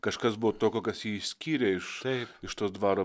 kažkas buvo tokio kas jį išskyrė štai iš iš tos dvaro